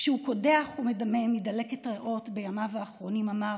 כשהוא קודח ומדמם מדלקת ריאות בימיו האחרונים אמר: